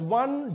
one